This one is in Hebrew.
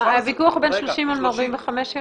הוויכוח הוא על 30 יום או 45 יום?